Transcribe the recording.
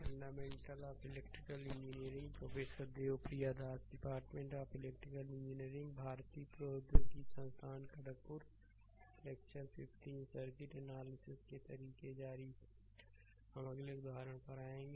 fundamental of electrical engineering pro Devpriya Das department of electrical engineering भारतीय प्रौद्योगिकी संस्थान खड़गपुर लेक्चर 15 सर्किट एनालिसिस के तरीके जारी हम अगले उदाहरण पर आएंगे